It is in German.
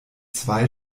zwei